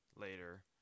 later